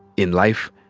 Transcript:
in life,